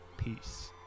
peace